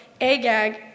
Agag